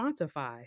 quantify